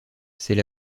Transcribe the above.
c’est